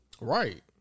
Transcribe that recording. right